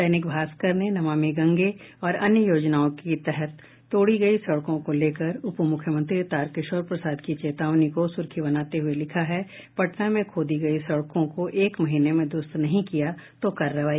दैनिक भास्कर ने नमामि गंगे और अन्य योजनाओं के तहत तोड़ी गयीं सड़कों को लेकर उपमुख्यमंत्री तारकिशोर प्रसाद की चेतावनी को सुर्खी बनाते हए लिखा है पटना में खोदी गयी सड़कों को एक महीने में द्रूस्त नहीं किया तो कार्रवाई